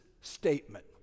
statement